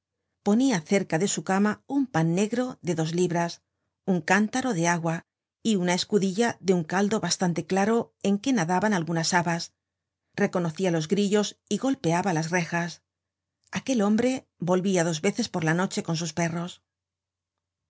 ponia cerca de su cama un pan negro de dos libras un cántaro de agua y una escudilla de un caldo bastante claro en que nadaban algunas habas reconocía los grillos y golpeaba las rejas aquel hombre volvía dos veces por la noche con sus perros